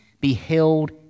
beheld